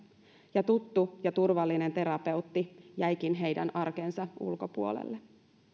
ja tuttu ja turvallinen terapeutti jäikin heidän arkensa ulkopuolelle